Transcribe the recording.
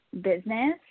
business